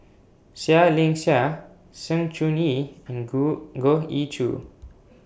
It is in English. Seah Liang Seah Sng Choon Yee and Go Goh Ee Choo